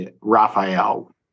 Raphael